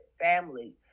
family